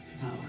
power